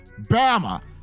Bama